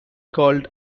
called